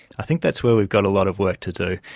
i think that's where we've got a lot of work to do.